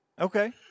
okay